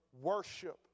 worship